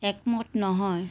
একমত নহয়